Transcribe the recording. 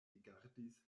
rigardis